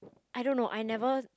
I don't know I never